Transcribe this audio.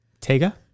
Tega